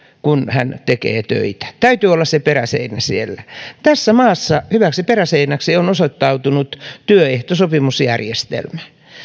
kun hän tekee töitä täytyy olla se peräseinä siellä tässä maassa hyväksi peräseinäksi on osoittautunut työehtosopimusjärjestelmä